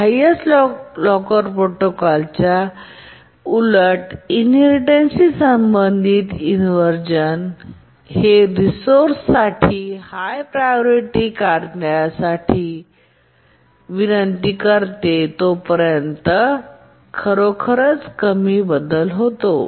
highest locker प्रोटोकॉलच्या उलट inheritance शी संबंधित इनव्हर्जन हे रिसोर्ससाठी हाय प्रायोरिटी कार्य विनंती करेपर्यंत खरोखरच कमी बदल होतो